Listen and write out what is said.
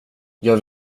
jag